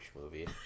movie